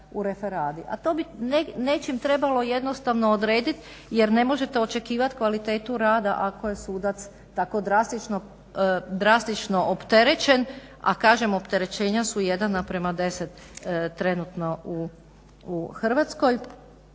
A to bi nečim trebalo jednostavno odrediti jer ne možete očekivati kvalitetu rada ako je sudac tako drastično opterećen, a kažem opterećenja su 1:10 trenutno u Hrvatskoj.